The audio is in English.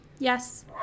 yes